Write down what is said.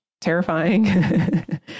terrifying